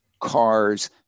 cars